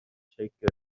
شکل